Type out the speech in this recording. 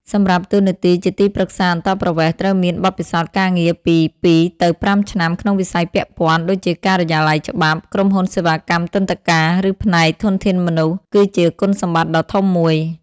សម្រាប់តួនាទីជាទីប្រឹក្សាអន្តោប្រវេសន៍ ត្រូវមានបទពិសោធន៍ការងារពី ២ទៅ៥ ឆ្នាំក្នុងវិស័យពាក់ព័ន្ធ ដូចជាការិយាល័យច្បាប់ ក្រុមហ៊ុនសេវាកម្មទិដ្ឋាការ ឬផ្នែកធនធានមនុស្ស គឺជាគុណសម្បត្តិដ៏ធំមួយ។